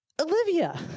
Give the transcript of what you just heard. Olivia